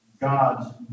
God's